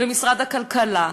משרד הכלכלה,